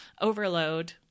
overload